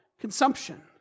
consumption